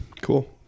Cool